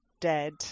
dead